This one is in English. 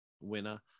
winner